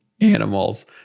animals